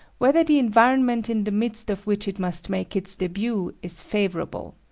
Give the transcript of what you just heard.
whether the environment in the midst of which it must make its debut is favourable.